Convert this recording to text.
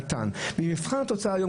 במבחן התוצאה היום,